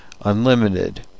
unlimited